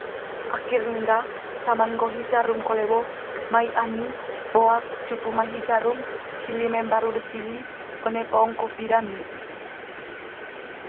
Akhir'n gah cama ne nggo hi jarum kole bo, mai ami boak cupu mai hi jarum sili mai mbaru be sili one po'ong kopi dami.